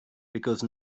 because